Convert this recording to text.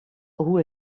hoe